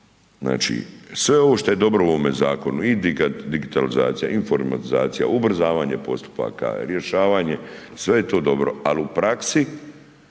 Znači, sve ovo što je dobro u ovome zakonu i digitalizacija, informatizacija, ubrzavanje postupaka, rješavanje sve je to dobro, ali u praksi